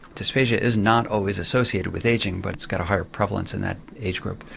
dysphagia is not always associated with ageing, but it's got a higher prevalence in that age group.